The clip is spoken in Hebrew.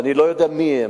ואני לא יודע מי הם,